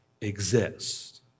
exist